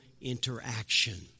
interaction